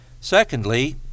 secondly